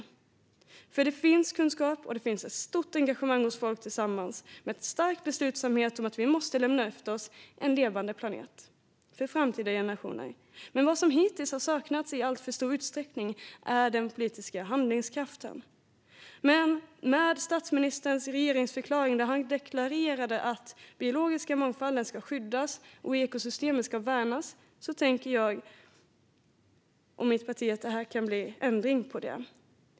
Det finns kunskap, och det finns stort engagemang hos folk tillsammans med stark beslutsamhet att lämna efter oss en levande planet för framtida generationer. Vad som hittills saknats i alltför stor utsträckning är den politiska handlingskraften. Men med statsministerns regeringsförklaring, där han deklarerade att den biologiska mångfalden ska skyddas och ekosystemen ska värnas, tänker jag och mitt parti att det kan bli ändring på det.